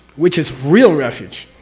which is real refuge,